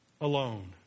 Alone